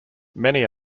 many